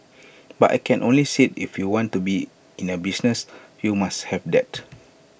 but I can only say if you want to be in A business you must have that